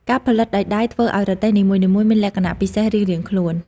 ការផលិតដោយដៃធ្វើឱ្យរទេះនីមួយៗមានលក្ខណៈពិសេសរៀងៗខ្លួន។